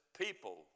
people